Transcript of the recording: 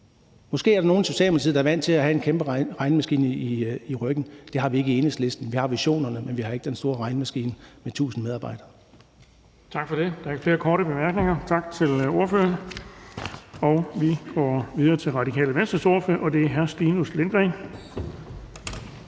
Måske er der nogen i Socialdemokratiet, der er vant til at have en kæmpe regnemaskine i ryggen. Det har vi ikke i Enhedslisten. Vi har visionerne, men vi har ikke den store regnemaskine med 1.000 medarbejdere. Kl. 20:02 Den fg. formand (Erling Bonnesen): Der er ikke flere korte bemærkninger. Tak til ordføreren. Vi går videre til Radikale Venstres ordfører, og det er hr. Stinus Lindgreen.